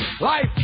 Life